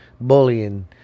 bullying